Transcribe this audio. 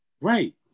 Right